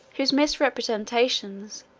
whose misrepresentations,